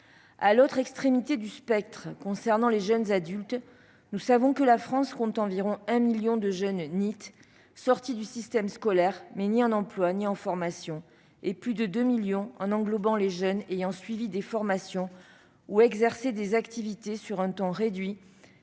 À l'autre extrémité du spectre, concernant les jeunes adultes, nous savons que la France compte environ un million de « NEET », des jeunes sortis du système scolaire, mais qui ne sont ni en emploi ni en formation. Ils sont plus de deux millions, en englobant les jeunes ayant suivi des formations ou exercé des activités sur un temps réduit-